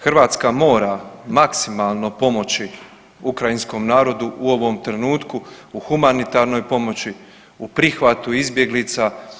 Hrvatska mora maksimalno pomoći ukrajinskom narodu u ovom trenutku u humanitarnoj pomoći, u prihvatu izbjeglica.